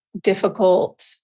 difficult